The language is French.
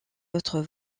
autres